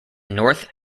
north